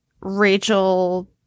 Rachel